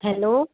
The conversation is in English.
hello